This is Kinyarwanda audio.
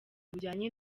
bujyanye